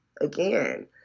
Again